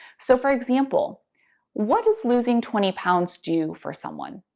so for example what does losing twenty pounds do for someone?